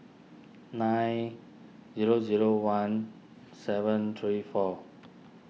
nine zero zero one seven three four